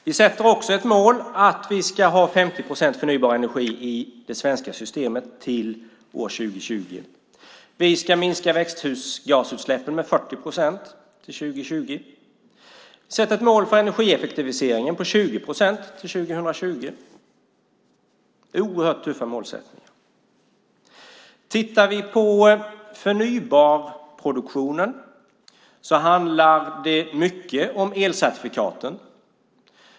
Vi sätter också upp som mål att till år 2020 till 50 procent ha uppnått förnybar energi i det svenska systemet. Vi ska minska utsläppen av växthusgaser med 40 procent till 2020. Målet är också att till 2020 ha uppnått 20 procents energieffektivisering. Det här är oerhört tuffa mål. Sett till produktionen av förnybar energi handlar det mycket om elcertifikaten.